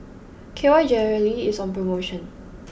K Y Jelly is on promotion